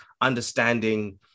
understanding